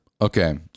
Okay